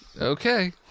Okay